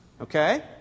okay